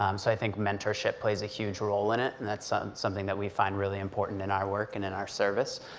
um so i think mentorship plays a huge role in it, and that's something that we find really important in our work, and in our service,